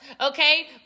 Okay